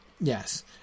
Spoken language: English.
yes